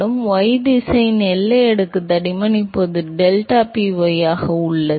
எனவே y திசையின் எல்லை அடுக்கு தடிமன் இப்போது deltaPy ஆக உள்ளது